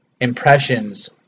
impressions